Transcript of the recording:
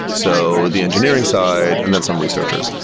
so the engineering side, and then some researchers.